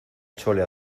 chole